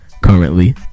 currently